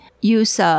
use